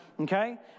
Okay